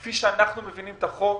כפי שאנחנו מבינים את החוק,